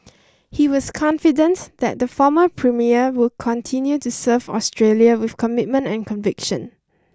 he was confident that the former premier will continue to serve Australia with commitment and conviction